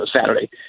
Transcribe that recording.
Saturday